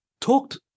talked